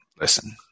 Listen